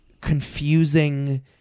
confusing